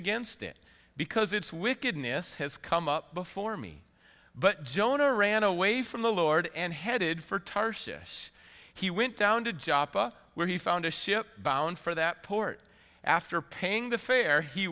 against it because it's wickedness has come up before me but jonah ran away from the lord and headed for tarshish he went down to jobs where he found a ship bound for that port after paying the fare he